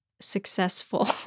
successful